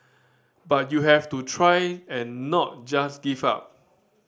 but you have to try and not just give up